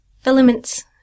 filaments